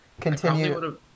Continue